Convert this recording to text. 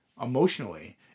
emotionally